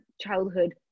childhood